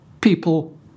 people